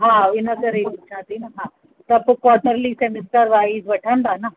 हा इन करे ई पुछां थी न हा पोइ क्वाटर्ली सेमेस्टर वाइज़ वठंदा न